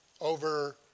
over